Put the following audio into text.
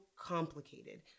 complicated